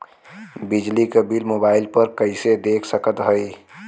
बिजली क bill mobile पर कईसे देख सकत हई?